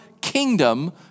kingdom